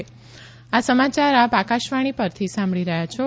corona appeal આ સમાચાર આપ આકાશવાણી પરથી સાંભળી રહ્યા છો